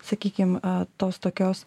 sakykim tos tokios